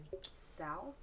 south